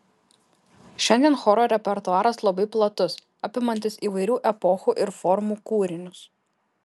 šiandien choro repertuaras labai platus apimantis įvairių epochų ir formų kūrinius